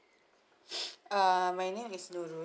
err my name is nurul